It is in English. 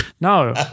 no